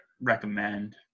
recommend